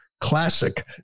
classic